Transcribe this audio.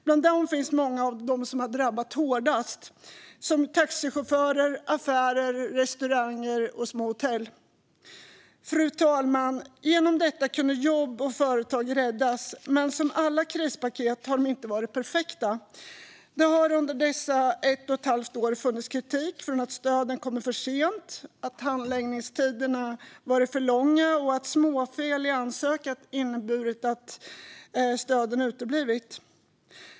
Bland dem finns många av de hårdast drabbade, som taxichaufförer, affärer, restauranger och små hotell. Fru talman! Genom detta kunde jobb och företag räddas. Men som alla krispaket har det här inte varit perfekt. Det har under dessa ett och ett halvt år funnits kritik för att stöden kommit för sent, att handläggningstiderna varit för långa och att småfel i ansökan inneburit att stöden uteblivit.